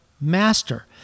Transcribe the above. master